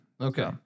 Okay